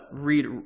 read